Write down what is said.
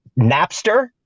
Napster